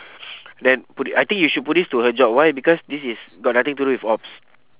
then put it I think you should put this to her job why because this is got nothing to do with ops